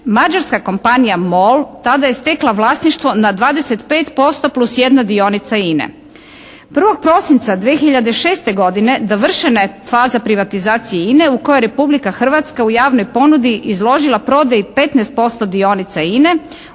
Mađarska kompanija «MOL» tada je stekla vlasništvo nad 25% plus jedna dionica INA-e. 1. prosinca 2006. godine dovršena je faza privatizacije INA-e u kojoj Republika Hrvatska u javnoj ponudi izložila prodaji 15% dionica INA-e